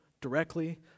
directly